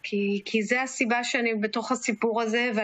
תסיימי מהר, כי הם מפוצצים בגללך.